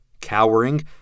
Cowering